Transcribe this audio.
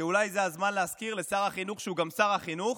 ואולי זה הזמן להזכיר לשר החינוך שהוא גם שר החינוך,